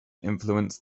influence